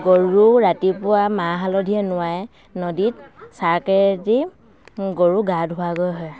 গৰু ৰাতিপুৱা মাহ হালধিৰে নোৱাই নদীত চাকেদি গৰু গা ধোৱাগৈ হয়